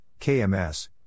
KMS